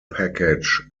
package